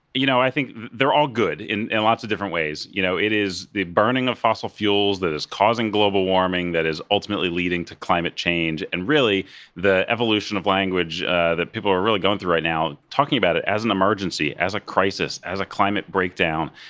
you know, i think they're all good in and lots of different ways. you know it is the burning of fossil fuels that is causing global warming that is ultimately leading to climate change, and really the evolution of language that people are really going through right now talking about it as an emergency, as a crisis, as a climate breakdown,